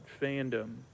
fandom